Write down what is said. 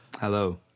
Hello